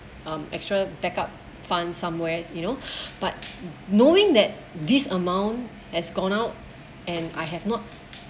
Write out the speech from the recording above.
um extra backup fund somewhere you know but knowing that this amount has gone out and I have not